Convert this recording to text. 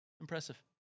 Impressive